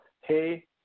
Hey